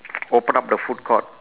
open up the food court